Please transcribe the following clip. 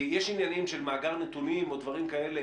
יש עניינים של מאגר נתונים או דברים כאלה,